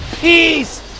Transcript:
Peace